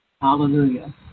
Hallelujah